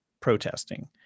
protesting